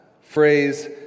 phrase